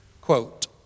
Quote